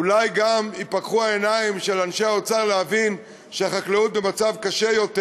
אולי גם ייפקחו העיניים של אנשי האוצר להבין שהחקלאות במצב קשה יותר,